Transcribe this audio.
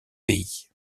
pays